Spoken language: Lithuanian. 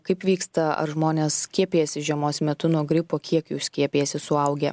kaip vyksta ar žmonės skiepijasi žiemos metu nuo gripo kiek jų skiepijasi suaugę